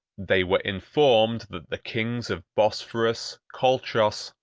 they were informed that the kings of bosphorus, colchos,